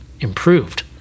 improved